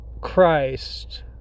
Christ